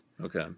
Okay